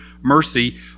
mercy